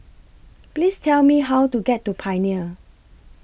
Please Tell Me How to get to Pioneer